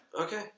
Okay